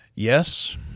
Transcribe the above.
Yes